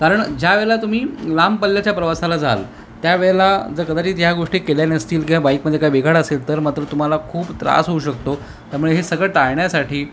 कारण ज्या वेळेला तुम्ही लांब पल्ल्याच्या प्रवासाला जाल त्या वेळेला जर कदाचित ह्या गोष्टी केल्या नसतील किंवा बाईकमध्ये काय बिघाड असेल तर मात्र तुम्हाला खूप त्रास होऊ शकतो त्यामुळे हे सगळं टाळण्यासाठी